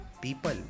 people